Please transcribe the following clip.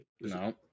No